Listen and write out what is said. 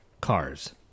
cars